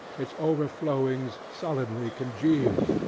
its overflowings sullenly congealed,